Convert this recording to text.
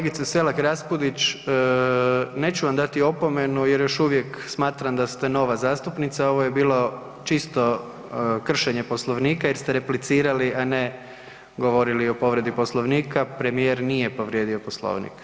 Kolegice Selak Rapudić, neću vam dati opomenu jer još uvijek smatram da ste nova zastupnica, ovo je bilo čisto kršenje Poslovnika jer ste replicirali, a ne govorili o povredi Poslovnika, premijer nije povrijedio Poslovnik.